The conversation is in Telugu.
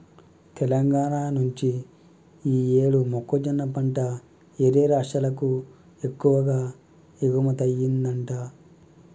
తెలంగాణా నుంచి యీ యేడు మొక్కజొన్న పంట యేరే రాష్టాలకు ఎక్కువగా ఎగుమతయ్యిందంట